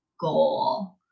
goal